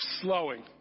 slowing